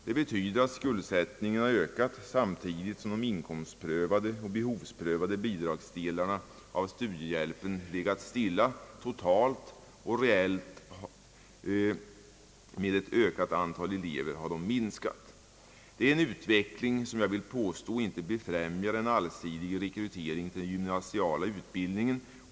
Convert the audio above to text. Det betyder att skuldsättningen har ökat, samtidigt som de inkomstoch be hovsprövade bidragsdelarna av studiehjälpen legat stilla totalt. Reellt — med ett ökat antal elever — har de minskat. Det är en utveckling som jag vill påstå inte främjar en allsidig rekrytering till den gymnasiala utbildningen.